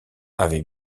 avait